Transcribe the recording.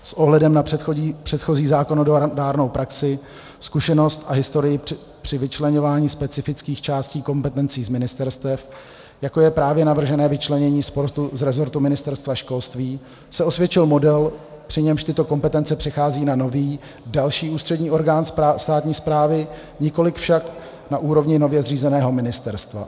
S ohledem na předchozí zákonodárnou praxi, zkušenost a historii při vyčleňování specifických částí kompetencí z ministerstev, jako je právě navržené vyčlenění sportu z resortu Ministerstva školství, se osvědčil model, při němž tyto kompetence přecházejí na nový, další ústřední orgán státní správy, nikoli však na úrovni nově zřízeného ministerstva.